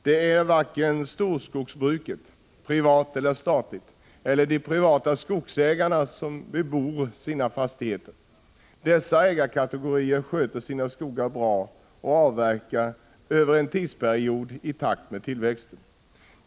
Det är varken storskogsbruket, privat eller statligt, eller de privata skogsägare som bebor sina fastigheter. Dessa ägarkategorier sköter sina skogar bra och avverkar över en tidsperiod i takt med tillväxten.